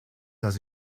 dans